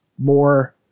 More